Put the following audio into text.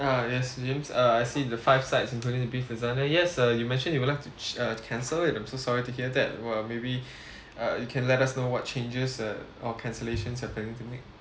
ah yes james uh I see the five sides including the beef lasagna yes sir you mentioned you would like to ch~ uh cancel it I'm so sorry to hear that wha~ maybe uh you can let us know what changes uh or cancellations are you planning to make